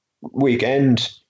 weekend